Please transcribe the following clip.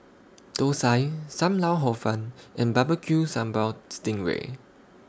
Thosai SAM Lau Hor Fun and Barbecue Sambal Sting Ray